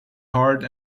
heart